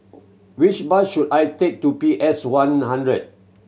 which bus should I take to P S One hundred